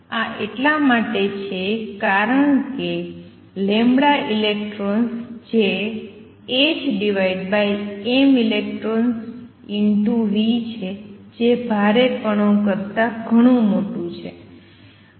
આ એટલા માટે છે કારણ કે electrons જે hmelectronv છે જે ભારે કણો કરતા ઘણું મોટું છે